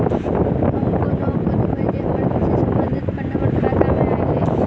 हम कोना बुझबै जे हमरा कृषि संबंधित फंड हम्मर खाता मे आइल अछि?